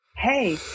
Hey